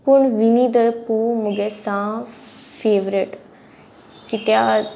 पूण विनी दू म्हगे साव फेवरेट कित्या